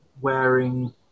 wearing